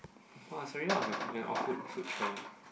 oh sorry what was your question oh food food trend